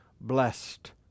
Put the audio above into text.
blessed